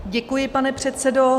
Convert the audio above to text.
Děkuji, pane předsedo.